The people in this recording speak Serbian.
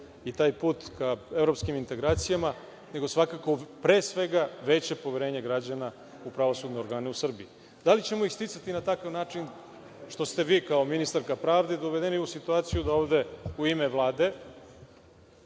i taj put ka evropskim integracijama, nego svakako, pre svega, veće poverenje građana u pravosudne organe u Srbiji. Da li ćemo ih sticati na takav način, što ste vi, kao ministarka pravde, dovedeni u situaciju da ovde u ime Vlade